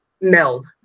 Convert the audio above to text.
meld